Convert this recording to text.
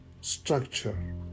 structure